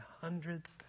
hundreds